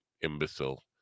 imbecile